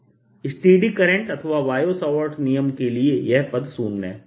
steady करंटअथवा Biot Savart नियम के लिए यह पद शून्य है